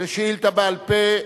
על שאילתא בעל-פה,